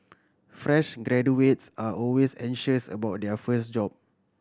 fresh graduates are always anxious about their first job